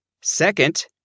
second